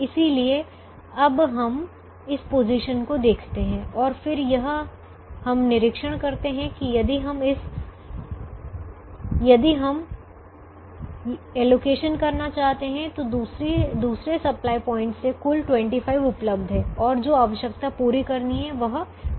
इसलिए अब हम इस पोजीशन को देखते हैं और फिर हम निरीक्षण करते हैं कि यदि हम एलोकेशन करना चाहते हैं तो दूसरे सप्लाई पॉइंट से कुल 25 उपलब्ध है और जो आवश्यकता पुरी करनी है वह 20 है